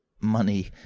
money